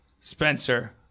Spencer